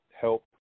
help